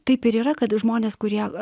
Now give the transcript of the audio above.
taip ir yra kad žmonės kurie